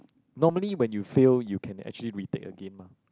normally when you fail you can actually retake again mah